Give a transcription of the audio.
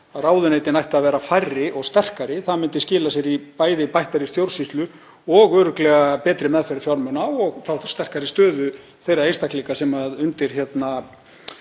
ráðuneytin ættu að vera færri og sterkari. Það myndi skila sér í bættri stjórnsýslu og örugglega í betri meðferð fjármuna og sterkari stöðu þeirra einstaklinga sem undir